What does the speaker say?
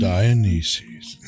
Dionysus